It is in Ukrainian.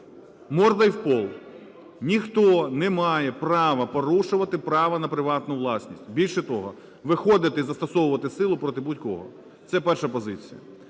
мордой в пол. Ніхто не має права порушувати право на приватну власність, більше того, виходити і застосовувати силу проти будь-кого. Це перша позиція.